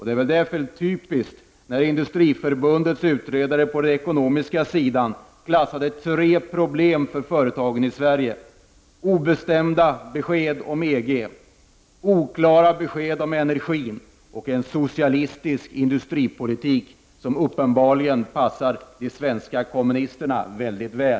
Det är därför typiskt när Industriförbundets utredare på den ekonomiska sidan klassade tre problem för företagen i Sverige: obestämda besked om EG, oklara besked om energin och en socialistisk industripolitik som uppenbarligen passar de svenska kommunisterna väldigt väl.